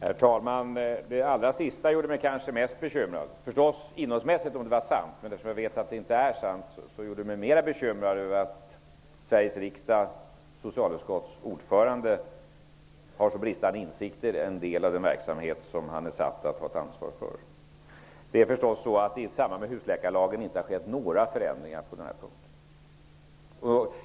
Herr talman! Det allra sista gjorde mig kanske mest bekymrad, om det hade varit sant rent innehållsmässigt. Men eftersom det inte är sant, gjorde det mig mer bekymrad att Sveriges riksdags socialutskotts ordförande har så bristande insikter i en del av en verksamhet som han är satt att ha ansvar för. I samband med husläkarlagen har det naturligtvis inte skett några förändringar på den här punkten.